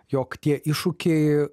jog tie iššūkiai